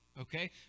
okay